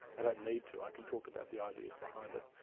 i don't need to i can talk about the ideas behind it,